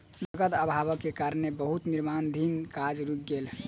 नकद अभावक कारणें बहुत निर्माणाधीन काज रुइक गेलै